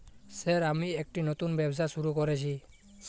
Sir আমি একটি নতুন ব্যবসা শুরু করেছি?